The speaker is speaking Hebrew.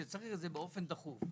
כי צריך אותו באופן דחוף.